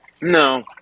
No